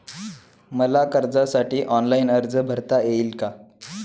मला कर्जासाठी ऑनलाइन अर्ज भरता येईल का?